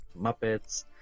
Muppets